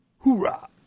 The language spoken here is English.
Hoorah